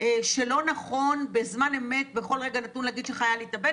שלא נכון בזמן אמת בכל רגע נתון להגיד שחייל התאבד,